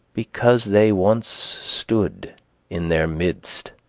because they once stood in their midst.